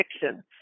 fiction